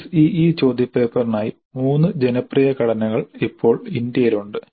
SEE ചോദ്യപേപ്പറിനായി 3 ജനപ്രിയ ഘടനകൾ ഇപ്പോൾ ഇന്ത്യയിൽ ഉണ്ട്